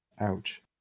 Ouch